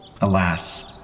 Alas